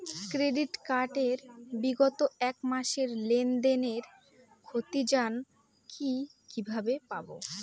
Credit card এর বিগত এক মাসের লেনদেন এর ক্ষতিয়ান কি কিভাবে পাব?